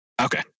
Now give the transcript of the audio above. Okay